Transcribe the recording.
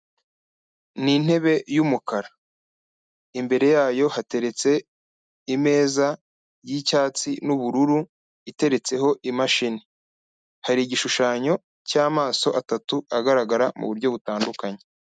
Ni intebe y'umukara, imbere yayo hateretse imeza y'icyatsi n'ubururu iteretseho imashini, hari igishushanyo cy'amaso atatu agaragara mu buryo butandukanye.